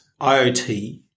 IoT